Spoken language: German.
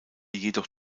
jedoch